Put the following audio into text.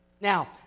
Now